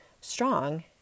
strong